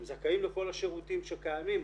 הם זכאים לכל השירותים שקיימים,